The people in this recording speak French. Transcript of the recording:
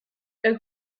elle